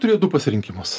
turėjo du pasirinkimus